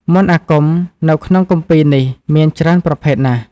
មន្តអាគមនៅក្នុងគម្ពីរនេះមានច្រើនប្រភេទណាស់។